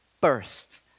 burst